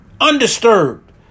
undisturbed